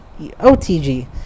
OTG